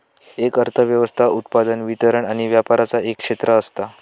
एक अर्थ व्यवस्था उत्पादन, वितरण आणि व्यापराचा एक क्षेत्र असता